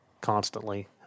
constantly